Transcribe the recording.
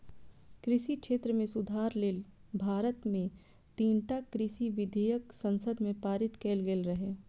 कृषि क्षेत्र मे सुधार लेल भारत मे तीनटा कृषि विधेयक संसद मे पारित कैल गेल रहै